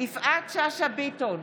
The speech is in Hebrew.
יפעת שאשא ביטון,